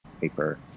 paper